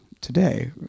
today